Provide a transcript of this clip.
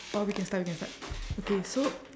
oh we can start we can start okay so